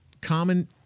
common